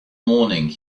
morning